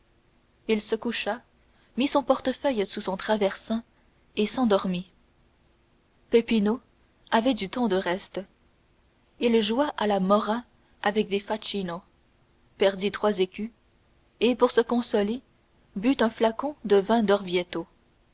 il se coucha mit son portefeuille sous son traversin et s'endormit peppino avait du temps de reste il joua à la morra avec des facchino perdit trois écus et pour se consoler but un flacon de vin d'orvietto